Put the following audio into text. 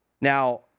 Now